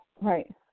Right